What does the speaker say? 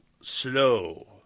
slow